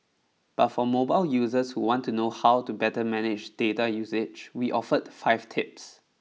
but for mobile users who want to know how to better manage data usage we offered five tips